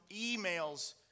emails